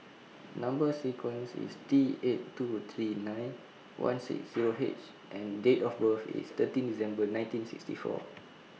Number sequence IS T eight two three nine one six Zero H and Date of birth IS thirteen December nineteen sixty four